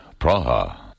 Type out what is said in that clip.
Praha